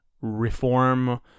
reform